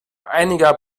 einiger